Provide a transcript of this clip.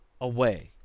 away